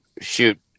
shoot